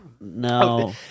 no